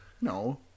No